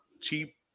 cheap